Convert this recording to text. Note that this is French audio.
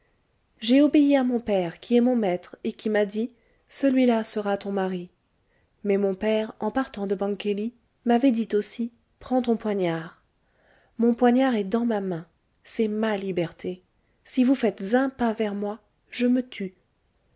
j'ai obéi à mon père qui est mon maître et qui m'a dit celui-là sera ton mari mais mon père en partant de bangkeli m'avait dit aussi prends ton poignard mon poignard est dans ma main c'est ma liberté si vous faites un pas vers moi je me tue